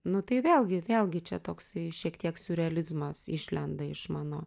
nu tai vėlgi vėlgi čia toksai šiek tiek siurrealizmas išlenda iš mano